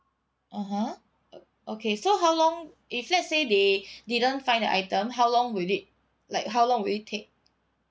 (uh huh) okay so how long if let's say they didn't find the item how long will it like how long will it take